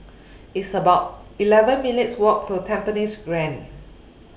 It's about eleven minutes' Walk to Tampines Grande